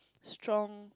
strong